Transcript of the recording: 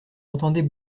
entendait